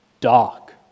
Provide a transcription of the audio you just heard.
Dark